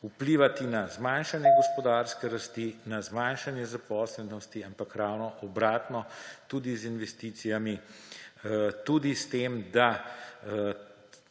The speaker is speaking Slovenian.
vplivati na zmanjšanje gospodarske rasti, na zmanjšanje zaposlenosti, ampak ravno obratno, tudi z investicijami, tudi s tem, da